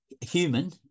human